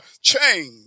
change